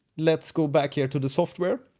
let's go back here to the software.